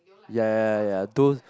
ya ya ya ya those